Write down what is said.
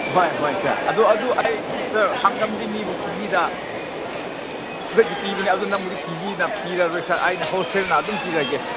ꯍꯣꯏ ꯍꯣꯏ ꯁꯥꯔ ꯑꯗꯨ ꯑꯗꯨ ꯑꯩ ꯁꯥꯔ ꯍꯪꯒꯥꯝꯗꯤ ꯃꯤꯕꯨ ꯀꯦ ꯖꯤꯗ ꯗꯒꯤ ꯄꯤꯕꯅꯤ ꯑꯗꯨ ꯅꯪꯕꯨꯗꯤ ꯀꯦ ꯖꯤꯗ ꯄꯤꯔꯔꯣꯏ ꯁꯥꯔ ꯑꯩꯅ ꯑꯗꯨꯝ ꯍꯣꯜ ꯁꯦꯜꯗ ꯄꯤꯔꯒꯦ